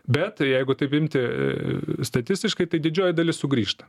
bet jeigu taip imti statistiškai tai didžioji dalis sugrįžta